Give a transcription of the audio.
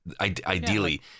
ideally